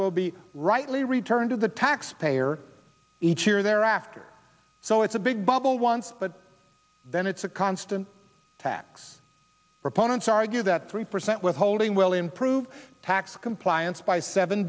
will be rightly returned to the taxpayer each year thereafter so it's a big bubble once but then it's a constant tax proponents argue that three percent withholding will improve tax compliance by seven